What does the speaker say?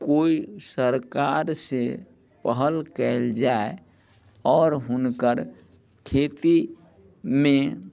कोइ सरकार से पहल कयल जाय आओर हुनकर खेतीमे